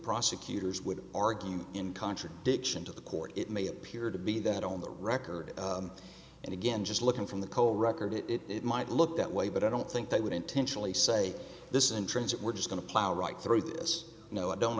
prosecutors would argue in contradiction to the court it may appear to be that on the record and again just looking from the co record it might look that way but i don't think they would intentionally say this in transit we're just going to plow right through this no i don't